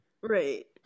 Right